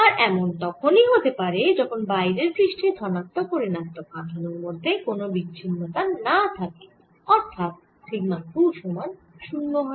আর এমন তখনই হতে পারে যখব বাইরের পৃষ্ঠে ধনাত্মক ও ঋণাত্মক আধানের মধ্যে কোন বিচ্ছিন্নতা না থাকে অর্থাৎ সিগমা 2 সমান 0 হয়